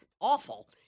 awful